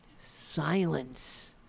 Silence